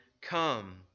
come